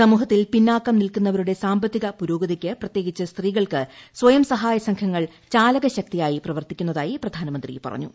സമൂഹത്തിൽ പിന്നാക്കം നിൽക്കുന്നവരുടെ സാമ്പത്തിക പുരോഗതിയ്ക്ക് പ്രത്യേകിച്ച് സ്ത്രീകൾക്ക് സ്വയംസഹായ സംഘങ്ങൾ ചാലകശക്തിയായി പ്രവർത്തിക്കുന്നതായി പ്രധാനമന്ത്രി പറഞ്ഞു